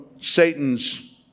Satan's